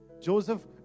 Joseph